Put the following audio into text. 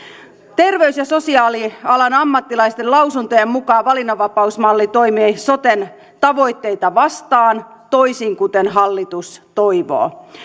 terveys ja sosiaalialan ammattilaisten lausuntojen mukaan valinnanvapausmalli toimii soten tavoitteita vastaan toisin kuten hallitus toivoo